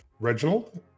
Reginald